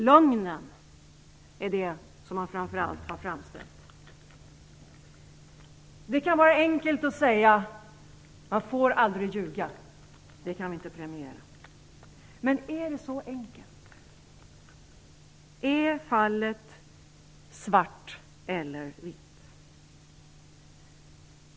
Lögnen är framför allt det skäl som har framförts. Det kan vara enkelt att säga: Man får aldrig ljuga, det kan vi aldrig premiera. Men är det så enkelt? Är fallet svart eller vitt?